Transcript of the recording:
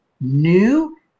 new